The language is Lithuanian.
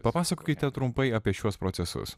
papasakokite trumpai apie šiuos procesus